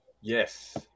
Yes